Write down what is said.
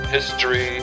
History